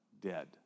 dead